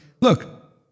look